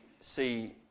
see